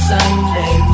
Sunday